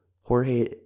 jorge